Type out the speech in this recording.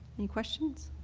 any questions?